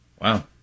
Wow